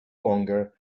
longer